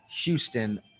Houston